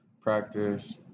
Practice